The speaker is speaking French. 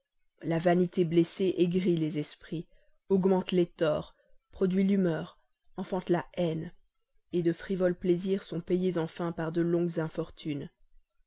la vanité blessée aigrit les esprits augmente les torts produit l'humeur enfante la haine de frivoles plaisirs sont rachetés par de longues infortunes